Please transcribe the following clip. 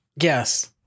Yes